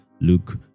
Luke